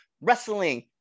wrestling